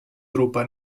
drupa